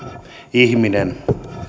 ihminen